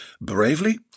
Bravely